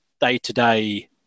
day-to-day